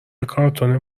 کارتون